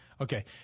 Okay